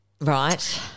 Right